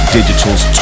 Digital's